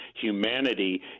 humanity